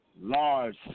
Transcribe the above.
large